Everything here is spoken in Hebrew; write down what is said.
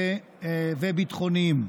וביטחוניים.